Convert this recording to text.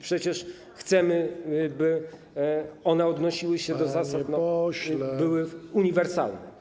Przecież chcemy by one odnosiły się do zasad, były uniwersalne.